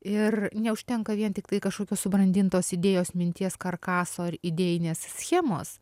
ir neužtenka vien tiktai kažkokios subrandintos idėjos minties karkaso ar idėjinės schemos